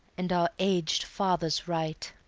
and our ag'd father's right